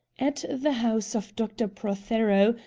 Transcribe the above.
at the house of dr. prothero,